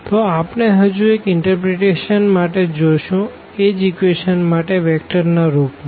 તો આપણે હજુ એક ઇનટરપ્રીટેશન માટે જોશું એ જ ઇક્વેશન માટે વેક્ટર ના રૂપ માં